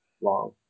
long